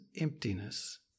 emptiness